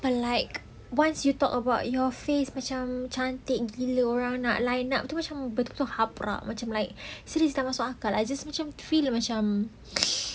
but like once you talk about your face macam cantik itu orang nak line up like macam tak masuk akal I just feel that macam